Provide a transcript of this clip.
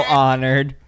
honored